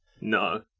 No